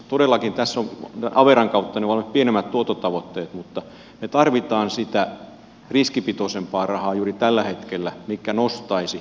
todellakin tässä averan kautta voi olla pienemmät tuottotavoitteet mutta me tarvitsemme sitä riskipitoisempaa rahaa juuri tällä hetkellä mikä nostaisi niitä